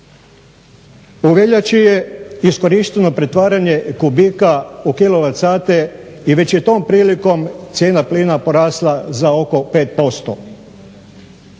U veljači je iskorišteno pretvaranje kubika u kilovat sate i već je tom prilikom cijena plina porasla za oko 5%.